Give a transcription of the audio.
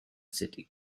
city